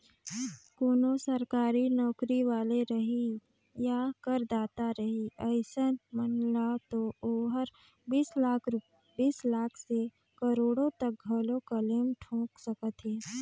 कोनो सरकारी नौकरी वाले रही या करदाता रही अइसन मन ल तो ओहर बीस लाख से करोड़ो तक घलो क्लेम ठोक सकत हे